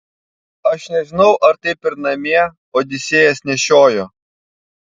aš nežinau ar taip ir namie odisėjas nešiojo